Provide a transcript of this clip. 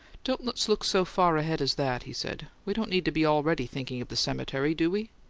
don't let's look so far ahead as that, he said. we don't need to be already thinking of the cemetery, do we?